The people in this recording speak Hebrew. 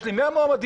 יש לי 100 מועמדים,